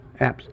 apps